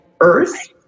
Earth